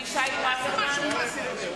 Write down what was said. (קוראת בשמות חברי הכנסת)